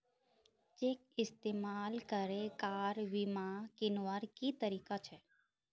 Cheque इस्तेमाल करे car बीमा कीन्वार की तरीका छे?